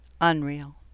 unreal